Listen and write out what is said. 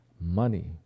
money